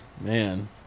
man